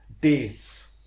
dates